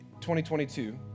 2022